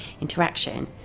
interaction